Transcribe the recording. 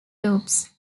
loops